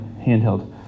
handheld